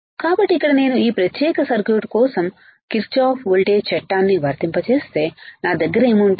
కాబట్టి ఇక్కడ నేను ఈ ప్రత్యేక సర్క్యూట్ కోసం కిర్చాఫ్ వోల్టేజ్ చట్టాన్ని వర్తింపజేస్తే నా దగ్గరఏమి ఉంటుంది